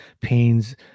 pains